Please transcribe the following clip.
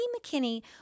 McKinney